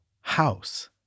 house